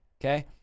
Okay